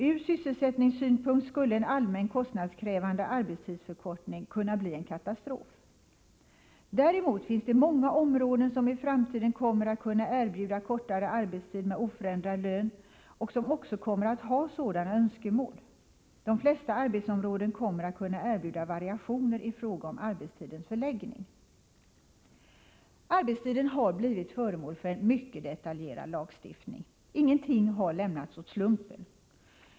Ur sysselsättningssynpunkt skulle en allmän kostnadskrävande arbetstidsförkortning kunna bli en katastrof. Däremot finns det många områden som i framtiden kommer att kunna erbjuda kortare arbetstid med oförändrad lön och som också kommer att ha sådana önskemål. De flesta arbetsområden kommer att kunna erbjuda variationer i fråga om arbetstidens förläggning. Arbetstiden har blivit föremål för en mycket detaljerad lagstiftning. Ingenting har lämnats åt slumpen.